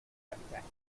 habitats